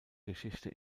geschichte